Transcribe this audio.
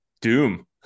Doom